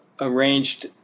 arranged